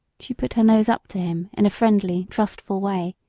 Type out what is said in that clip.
she put her nose up to him in a friendly, trustful way,